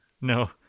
No